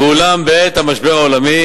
ואולם, בעיית המשבר העולמי